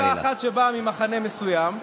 קבוצה אחת שבאה ממחנה מסוים.